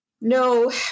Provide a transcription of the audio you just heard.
no